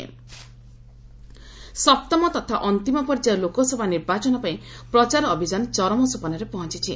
campaigning ସପ୍ତମ ତଥା ଅନ୍ତିମ ପର୍ଯ୍ୟାୟ ଲୋକସଭା ନିର୍ବାଚନ ପାଇଁ ପ୍ରଚାର ଅଭିଯାନ ଚରମ ସୋପାନରେ ପହଞ୍ଚୁଛି